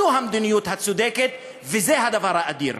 זו המדיניות הצודקת וזה הדבר האדיר.